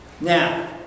Now